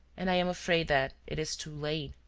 and i am afraid that it is too late.